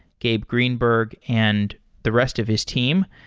gabe greenberg, and the rest of his team.